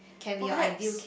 perhaps